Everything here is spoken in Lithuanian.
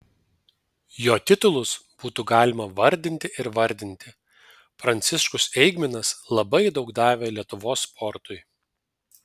jo titulus būtų galima vardinti ir vardinti pranciškus eigminas labai daug davė lietuvos sportui